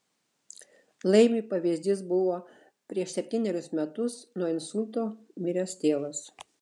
laimiui pavyzdys buvo prieš septynerius metus nuo insulto miręs tėvas